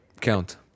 Count